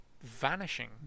vanishing